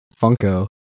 Funko